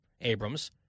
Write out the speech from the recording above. Abrams